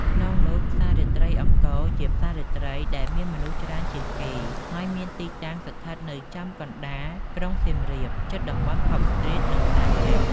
ក្នុងនោះផ្សាររាត្រីអង្គរជាផ្សាររាត្រីដែលមានមនុស្សច្រើនជាងគេ ហើយមានទីតាំងស្ថិតនៅចំកណ្តាលក្រុងសៀមរាប ជិតតំបន់ផាប់ស្ទ្រីត និងផ្សារចាស់។